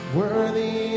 worthy